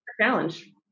challenge